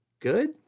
Good